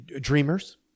dreamers